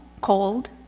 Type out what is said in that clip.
cold